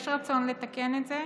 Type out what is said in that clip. יש רצון לתקן את זה.